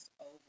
over